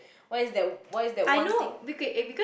what is that what is that one thing